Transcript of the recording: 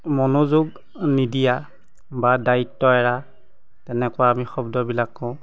মনোযোগ নিদিয়া বা দায়িত্ব এৰা তেনেকুৱা আমি শব্দবিলাক কওঁ